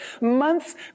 months